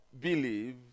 believe